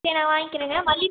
சரி நான் வாங்கிறங்க மல்லிப்